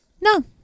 No